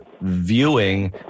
viewing